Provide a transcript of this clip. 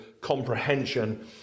comprehension